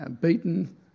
Beaten